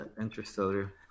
Interstellar